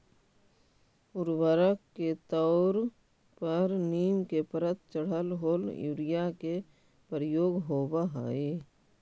उर्वरक के तौर पर नीम के परत चढ़ल होल यूरिया के प्रयोग होवऽ हई